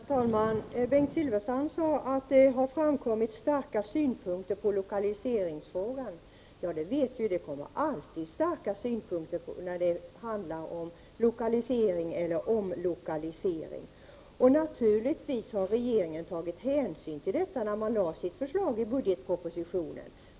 Herr talman! Bengt Silfverstrand sade att det har framkommit starka synpunkter på lokaliseringsfrågan. Ja, det vet vi. Det kommer alltid fram starka synpunkter, när det handlar om lokalisering eller omlokalisering. Naturligtvis hade regeringen tagit hänsyn till detta, när den framlade sitt förslag i budgetpropositionen.